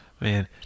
Man